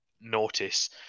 notice